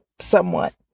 Somewhat